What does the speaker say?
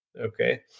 Okay